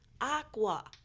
Aqua